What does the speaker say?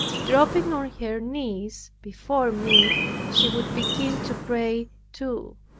dropping on her knees before me she would begin to pray too.